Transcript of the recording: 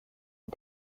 and